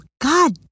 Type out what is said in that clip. god